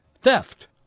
theft